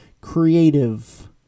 creative